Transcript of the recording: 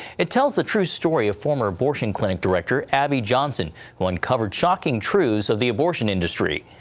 it tells the true story of former abortion clinic director abby johnson who uncovered shocking truths of the abortion industry.